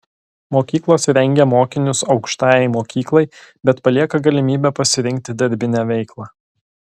mokyklos rengia mokinius aukštajai mokyklai bet palieka galimybę pasirinkti darbinę veiklą